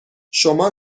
شما